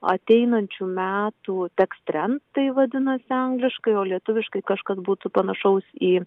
ateinančių metų nekstrend tai vadinasi angliškai o lietuviškai kažkas būtų panašaus į